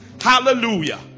Hallelujah